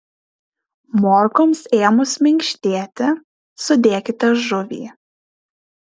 morkoms ėmus minkštėti sudėkite žuvį